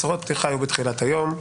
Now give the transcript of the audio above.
הצהרות פתיחה היו בתחילת היום.